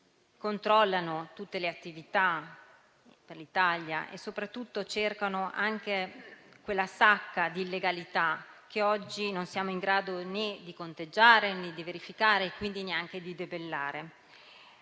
controllano tutte le attività per l'Italia, cercando soprattutto quella sacca di illegalità che oggi non siamo in grado né di conteggiare né di verificare e quindi neanche di debellare.